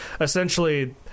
essentially